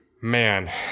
man